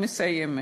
אני מסיימת.